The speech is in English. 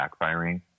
backfiring